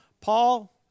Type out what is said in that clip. Paul